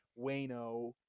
wayno